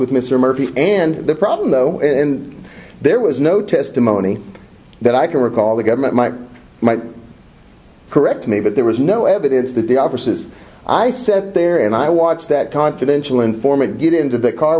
with mr murphy and the problem though and there was no testimony that i can recall the government might correct me but there was no evidence that the offices i set there and i watched that confidential informant get into the car